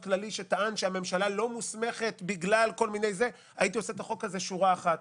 אבל הייתי עושה את החוק הזה שורה אחת: